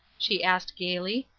she asked, gaily.